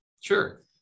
Sure